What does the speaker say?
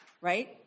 right